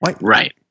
Right